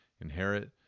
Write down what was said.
inherit